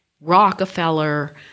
Rockefeller